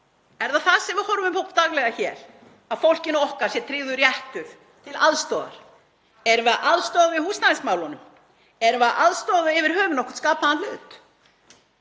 Er það það sem við horfum upp á daglega hér, að fólkinu okkar sé tryggður réttur til aðstoðar? Erum við að aðstoða í húsnæðismálunum? Erum við að aðstoða yfir höfuð við nokkurn skapaðan hlut?